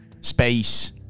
space